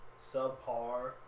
subpar